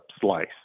slice